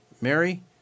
Mary